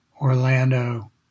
Orlando